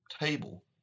table